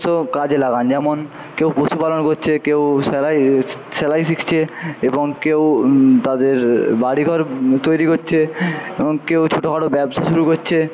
নিজস্ব কাজে লাগান যেমন কেউ পশুপালন করছে কেউ সেলাই সেলাই শিখছে এবং কেউ তাদের বাড়ি ঘর তৈরি করছে এবং কেউ ছোটোখাটো ব্যবসা শুরু করছে